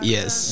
Yes